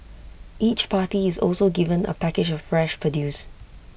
each party is also given A package of fresh produce